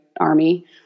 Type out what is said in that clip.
Army